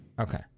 Okay